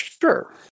Sure